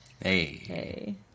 Hey